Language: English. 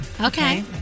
Okay